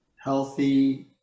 healthy